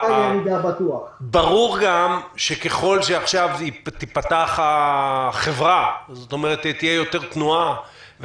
ברור גם שככל שתיפתח עכשיו החברה ותהיה יותר תנועה,